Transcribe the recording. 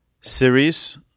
series